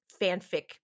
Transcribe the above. fanfic